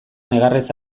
negarrez